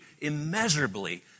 immeasurably